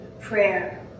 prayer